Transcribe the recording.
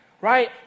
right